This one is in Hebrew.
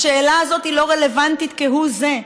השאלה הזאת היא לא רלוונטית כהוא זה,